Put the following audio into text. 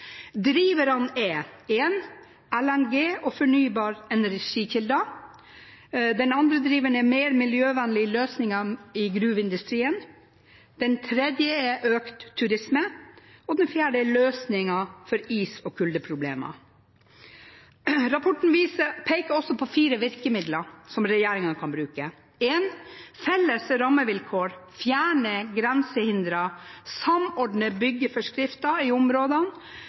Driverne er: For det første LNG og fornybare energikilder. Den andre driveren er mer miljøvennlige løsninger i gruveindustrien. Den tredje er økt turisme, og den fjerde er løsninger for is- og kuldeproblemer. Rapporten peker også på fire virkemidler som regjeringene kan bruke. Det første er felles rammevilkår, fjerne grensehindre, samordne byggeforskrifter i områdene